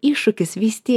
iššūkis vis tiek